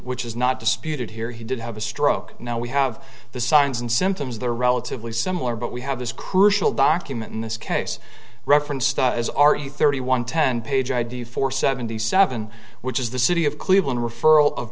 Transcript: which is not disputed here he did have a stroke now we have the signs and symptoms that are relatively similar but we have this crucial document in this case referenced as are you thirty one ten page idea for seventy seven which is the city of cleveland referral of